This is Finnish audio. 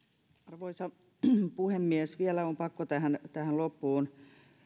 arvoisa puhemies vielä on pakko tähän loppuun